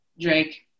Drake